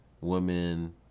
women